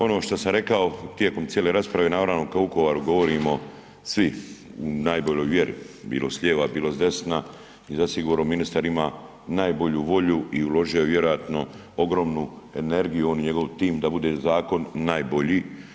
Ono što sam rekao tijekom cijele rasprave naravno kad o Vukovaru govorimo svi, u najboljoj vjeri, bilo s lijeva, bilo s desna i zasigurno ministar ima najbolju volju i uložio je vjerojatno ogromnu energiju on i njegov tim da bude zakon najbolji.